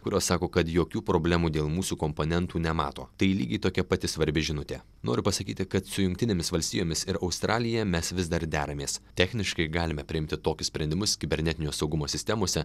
kurios sako kad jokių problemų dėl mūsų komponentų nemato tai lygiai tokia pati svarbi žinutė noriu pasakyti kad su jungtinėmis valstijomis ir australija mes vis dar deramės techniškai galime priimti tokius sprendimus kibernetinio saugumo sistemose